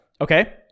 Okay